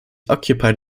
occupied